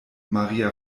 maria